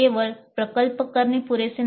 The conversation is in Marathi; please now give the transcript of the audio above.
केवळ प्रकल्प करणे पुरेसे नाही